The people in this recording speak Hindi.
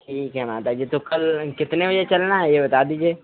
ठीक है माता जी तो कल कितने बजे चलना है यह बता दीजिए